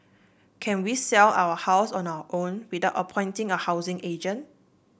can we sell our house on our own without appointing a housing agent